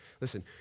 listen